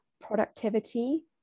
productivity